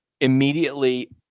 immediately